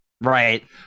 Right